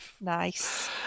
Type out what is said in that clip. nice